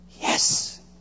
Yes